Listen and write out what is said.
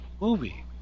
movie